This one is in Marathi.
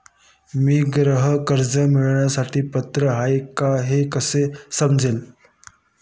मी गृह कर्ज मिळवण्यासाठी पात्र आहे का हे कसे समजेल?